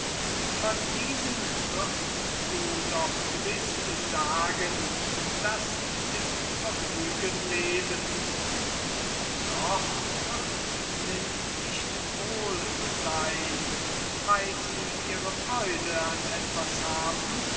von diesen wirst du doch gewiß sagen daß sie im vergnügen leben und doch wird ihnen nicht wohl sein weil sie ihre freude an etwas haben